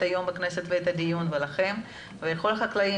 היום בכנסת ואת הדיון ולכם ולכל החקלאים,